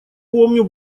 помню